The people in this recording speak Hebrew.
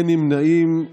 אין נמנעים.